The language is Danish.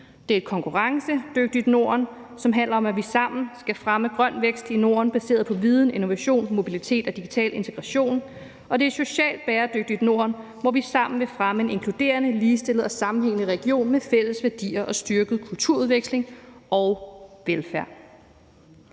Det er et konkurrencedygtigt Norden, som handler om, at vi sammen skal fremme grøn vækst i Norden baseret på viden, innovation, mobilitet og digital integration. Og det er et socialt bæredygtigt Norden, hvor vi sammen vil fremme en inkluderende, ligestillet og sammenhængende region med fælles værdier og styrket kulturudveksling og velfærd.